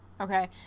Okay